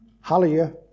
Hallelujah